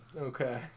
Okay